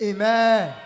Amen